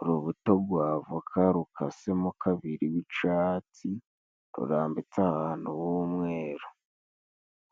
Urubuto rwa avoka rukasemo kabiri w'icatsi rurambitse abantu h'umweru.